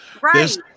Right